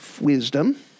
wisdom